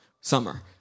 summer